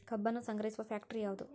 ಕಬ್ಬನ್ನು ಸಂಗ್ರಹಿಸುವ ಫ್ಯಾಕ್ಟರಿ ಯಾವದು?